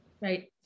Right